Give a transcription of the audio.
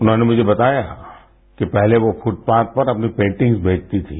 उन्होंने मुझे बताया कि पहले वो छुटपाथ पर अपनी पेन्टिंग्स बेचती थी